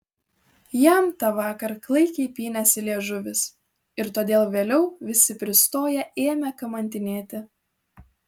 jam tą vakar klaikiai pynėsi liežuvis ir todėl vėliau visi pristoję ėmė kamantinėti